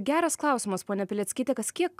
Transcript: geras klausimas ponia pileckyte kas kiek